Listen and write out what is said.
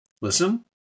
Listen